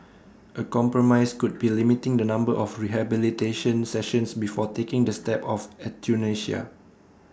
A compromise could be limiting the number of rehabilitation sessions before taking the step of euthanasia